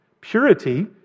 Purity